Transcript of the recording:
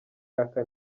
yaka